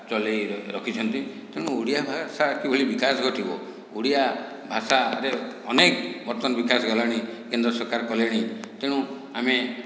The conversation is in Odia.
ଚଲାଇ ରଖିଛନ୍ତି ତେଣୁ ଓଡ଼ିଆ ଭାଷା କିଭଳି ବିକାଶ ଘଟିବ ଓଡ଼ିଆ ଭାଷାରେ ଅନେକ ବର୍ତ୍ତମାନ ବିକାଶ ଗଲାଣି କେନ୍ଦ୍ର ସରକାର କଲେଣି ତେଣୁ ଆମେ